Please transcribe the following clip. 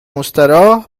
مستراح